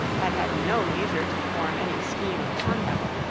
had had no leisure to form any scheme of conduct,